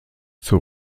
zur